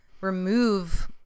remove